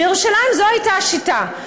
בירושלים זו הייתה השיטה,